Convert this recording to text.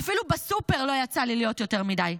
ואפילו בסופר לא יצא לי להיות יותר מדי.